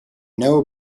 know